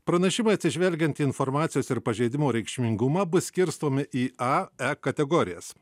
pranešimai atsižvelgiant į informacijos ir pažeidimo reikšmingumą bus skirstomi į a e kategorijas